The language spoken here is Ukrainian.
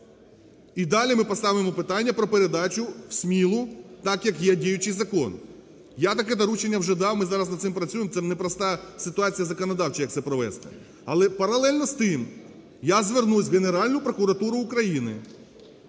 І далі ми поставимо питання про передачу в Смілу, так як є діючий закон. Я таке доручення вже дав, ми зараз над цим працюємо, це непроста ситуація законодавча, як це провести. Але паралельно з тим, я звернусь в Генеральну прокуратуру України,